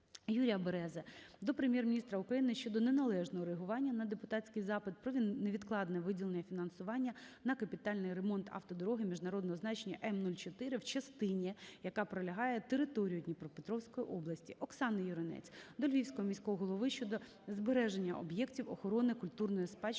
Юрія Берези до Прем'єр-міністра України щодо неналежного реагування на депутатський запит про невідкладне виділення фінансування на капітальний ремонт автодороги міжнародного значення М 04, в частині, яка пролягає територією Дніпропетровської області. Оксани Юринець до Львівського міського голови щодо збереження об'єктів охорони культурної спадщини